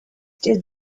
did